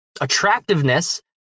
attractiveness